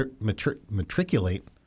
matriculate